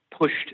pushed